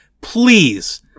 Please